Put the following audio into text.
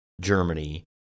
Germany